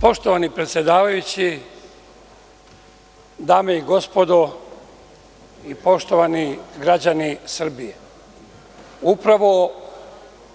Poštovani predsedavajući, dame i gospodo narodni poslanici, poštovani građani Srbije, upravo